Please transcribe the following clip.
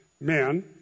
men